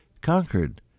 conquered